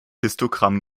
histogramm